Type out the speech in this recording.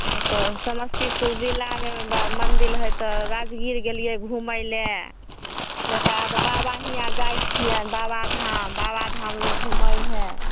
समस्तीपुर जिलामे मन्दिर हय तऽ राजगीर गेलियै घुमैलए तकरा बाद बाबा हियाँ जाइ छियै बाबाधाम बाबाधाम लोग घुमै हय